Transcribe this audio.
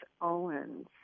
Owens